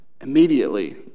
immediately